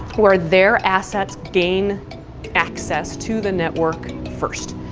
where their assets gain access to the network first.